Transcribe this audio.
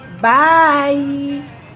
Bye